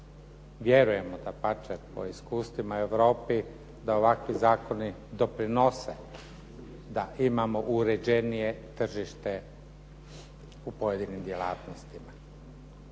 vjerujemo dapače po iskustvima u Europi da ovakvi zakoni doprinose da imamo uređenije tržište u pojedinim djelatnostima.